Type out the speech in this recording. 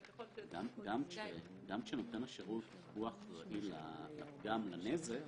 גם כשנותן השירות הוא אחראי לפגם או לנזק,